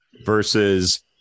versus